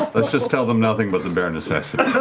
let's just tell them nothing but the bare necessities.